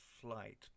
flight